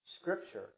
scripture